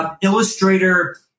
illustrator